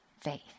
faith